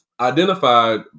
identified